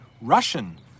Russian